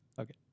Okay